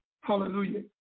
hallelujah